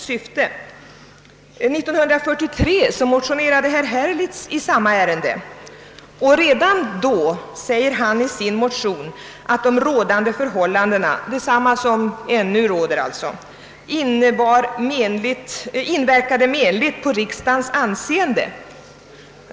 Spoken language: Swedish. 1943 motionerade herr Herlitz i samma fråga, och redan då sade han i sin motion att de rådande förhållandena — som alltså ännu består — inverkade menligt på riksdagens anseende.